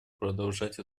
продолжать